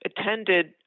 attended